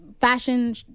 fashion